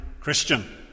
Christian